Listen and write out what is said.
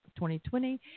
2020